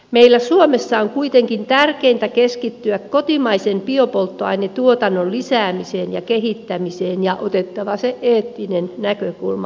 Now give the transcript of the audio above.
meillä suomessa on kuitenkin tärkeintä keskittyä kotimaisen biopolttoainetuotannon lisäämiseen ja kehittämiseen ja otettava se eettinen näkökulma aina huomioon